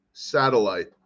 satellite